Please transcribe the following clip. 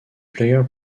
player